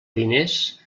diners